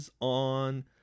on